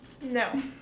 No